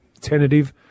tentative